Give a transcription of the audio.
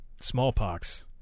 smallpox